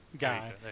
guy